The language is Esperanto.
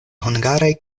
hungaraj